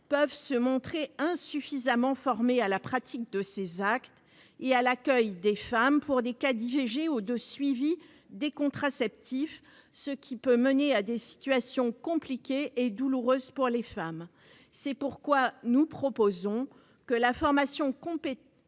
peuvent se montrer insuffisamment formés à la pratique des actes et à l'accueil des femmes pour des cas d'IVG ou de suivi des contraceptifs, ce qui peut mener à des situations compliquées et douloureuses pour les femmes. C'est pourquoi nous proposons que la formation continue